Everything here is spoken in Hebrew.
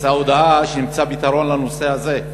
יצאה הודעה, שנמצא פתרון לנושא הזה,